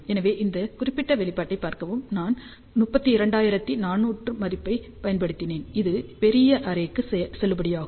எனவே இந்த குறிப்பிட்ட வெளிப்பாட்டைப் பார்க்கவும் நான் 32400 மதிப்பைப் பயன்படுத்தினேன் இது பெரிய அரேக்கு செல்லுபடியாகும்